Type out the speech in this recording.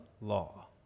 law